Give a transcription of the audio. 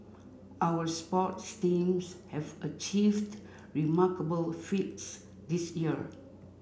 our sports teams have achieved remarkable feats this year